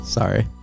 sorry